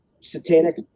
satanic